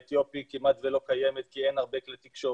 באתיופי היא כמעט שלא קיימת כי אין הרבה כלי תקשורת,